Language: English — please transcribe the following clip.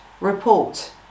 report